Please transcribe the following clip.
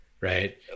right